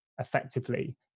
effectively